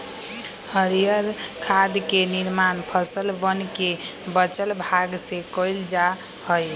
हरीयर खाद के निर्माण फसलवन के बचल भाग से कइल जा हई